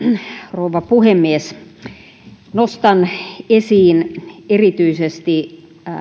rouva puhemies nostan esiin erityisesti